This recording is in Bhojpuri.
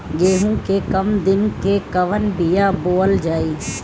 गेहूं के कम दिन के कवन बीआ बोअल जाई?